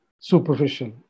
superficial